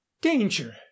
danger